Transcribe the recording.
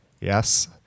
Yes